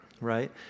right